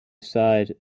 sighed